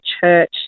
church